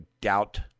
doubt